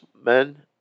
men